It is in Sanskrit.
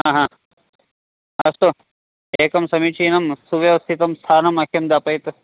हा हा अस्तु एकं समीचीनं सुव्यवस्थितं स्थानं मह्यं दापयतु